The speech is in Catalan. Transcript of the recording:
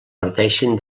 parteixen